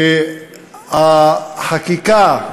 שכן החקיקה,